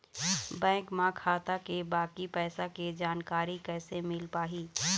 Bank म खाता के बाकी पैसा के जानकारी कैसे मिल पाही?